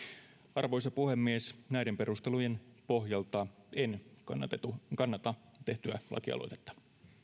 arvoisa puhemies näiden perustelujen pohjalta en kannata tehtyä lakialoitetta